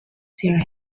there